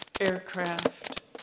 aircraft